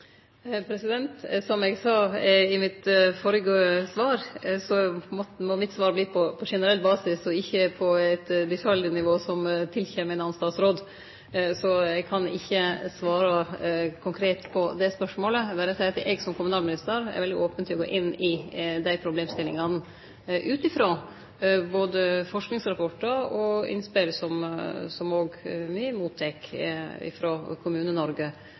Som eg sa i mitt førre svar, må mitt svar verte på generell basis og ikkje på eit detaljnivå som tilkjem ein annan statsråd. Så eg kan ikkje svare konkret på det spørsmålet. Eg vil berre seie at eg som kommunalminister er veldig open for å gå inn i dei problemstillingane ut frå forskingsrapportar og innspel som me òg mottek